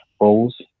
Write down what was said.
roles